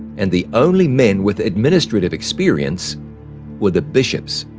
and the only men with administrative experience were the bishops.